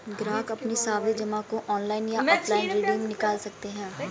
ग्राहक अपनी सावधि जमा को ऑनलाइन या ऑफलाइन रिडीम निकाल सकते है